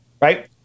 right